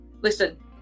listen